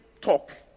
talk